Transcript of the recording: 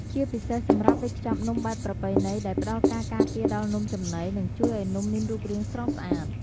ជាពិសេសសម្រាប់វេចខ្ចប់នំបែបប្រពៃណី ដែលផ្តល់ការការពារដល់នំចំណី និងជួយឱ្យនំមានរូបរាងស្រស់ស្អាត។